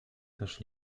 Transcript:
też